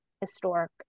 historic